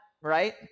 right